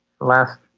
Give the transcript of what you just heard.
last